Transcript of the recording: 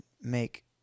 make